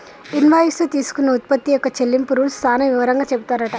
invoice లో తీసుకున్న ఉత్పత్తి యొక్క చెల్లింపు రూల్స్ సాన వివరంగా చెపుతారట